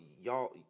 y'all